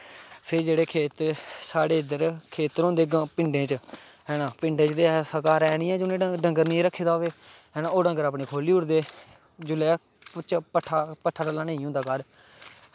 फिर जेह्ड़े साढ़े खेत्तर होंदे पिंडें च हैना पिंडें च ऐसा घर है निं जि'नें डंगर निं रक्खे दा होऐ हैना ओह् डंगर अपने खोह्ली ओड़दे जिसलै पट्ठा गल्ल नेईं होंदा घर